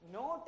no